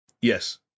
Yes